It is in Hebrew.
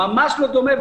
ממש לא דומה,